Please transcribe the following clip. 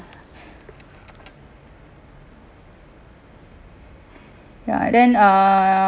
ya then uh